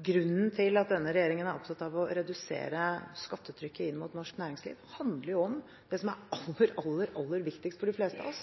grunnen til at denne regjeringen er opptatt av å redusere skattetrykket inn mot norsk næringsliv, handler jo om det som er aller, aller, aller viktigst for de fleste av oss,